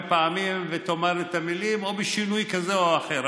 פעמים ותאמר את המילים בשינוי כזה או אחר.